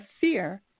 fear